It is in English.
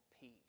peace